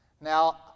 Now